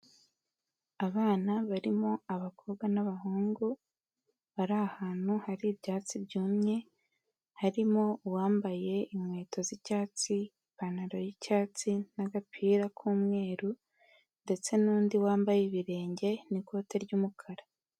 Abana barimo abakobwa n'abahungu bari ahantu hari ibyatsi byumye, harimo uwambaye inkweto z'icyatsi, ipantaro y'icyatsi n'agapira k'umweru ndetse n'undi wambaye ibirenge n'ikote ry'umukara.